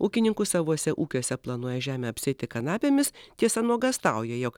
ūkininkų savuose ūkiuose planuoja žemę apsėti kanapėmis tiesa nuogąstauja jog